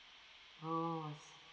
oh I see